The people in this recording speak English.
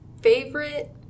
Favorite